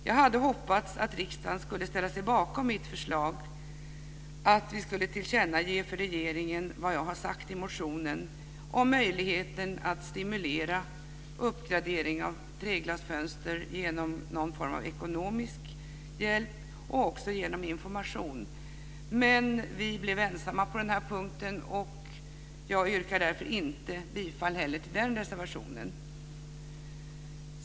Jag hade hoppats att riksdagen skulle ställa sig bakom mitt förslag att tillkännage för regeringen vad jag har sagt i motionen om möjligheten att stimulera uppgradering av treglasfönster genom någon form av ekonomisk hjälp och också genom information. Men vi blev ensamma på den här punkten, och jag yrkar därför inte heller bifall till den reservationen.